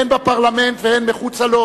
הן בפרלמנט והן מחוצה לו,